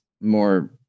more